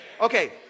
Okay